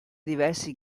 diversi